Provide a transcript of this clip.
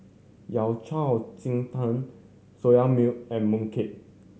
Yao Cai ji tang Soya Milk and mooncake